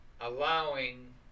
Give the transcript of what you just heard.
allowing